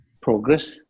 progress